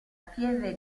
pieve